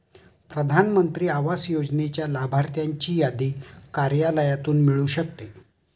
प्रधान मंत्री आवास योजनेच्या लाभार्थ्यांची यादी कार्यालयातून मिळू शकते